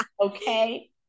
Okay